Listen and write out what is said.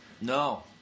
No